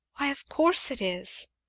why, of course it is.